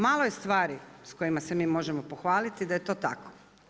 Malo je stvari sa kojima se mi možemo pohvaliti da je to tako.